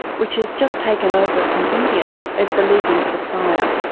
which has just taken over from india as the leading supplier.